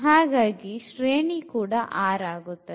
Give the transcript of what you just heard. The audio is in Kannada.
ಹಾಗಾಗಿ ಶ್ರೇಣಿ ಕೂಡ r ಆಗುತ್ತದೆ